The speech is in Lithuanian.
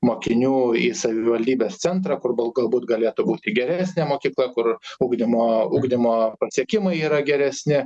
mokinių į savivaldybės centrą kur galbūt galėtų būti geresnė mokykla kur ugdymo ugdymo pasiekimai yra geresni